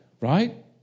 right